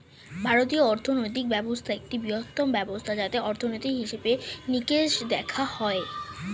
ভারতীয় অর্থনৈতিক ব্যবস্থা একটি বৃহত্তম ব্যবস্থা যাতে অর্থনীতির হিসেবে নিকেশ দেখা হয়